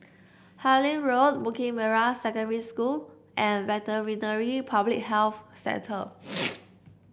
Harlyn Road Bukit Merah Secondary School and Veterinary Public Health Centre